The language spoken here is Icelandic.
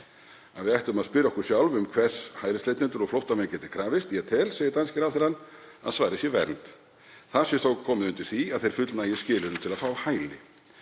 að við ættum að spyrja okkur sjálf hvers hælisleitendur og flóttamenn geti krafist og segist hann telja að svarið sé vernd. Það sé þó komið undir því að þeir fullnægi skilyrðum til að fá hæli.